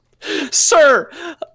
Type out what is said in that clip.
Sir